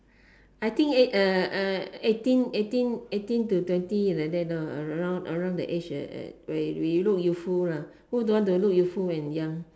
I think eight uh uh eighteen eighteen eighteen to twenty like that lah around that age like you look youthful lah who don't want to look youthful when young